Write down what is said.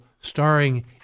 starring